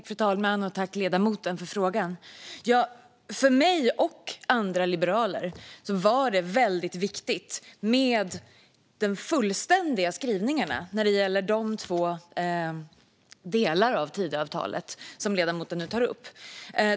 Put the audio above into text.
Fru talman! Jag tackar ledamoten för frågan. För mig och andra liberaler var det viktigt med de fullständiga skrivningarna när det gäller de två delarna av Tidöavtalet som ledamoten tar upp.